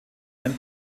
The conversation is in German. ein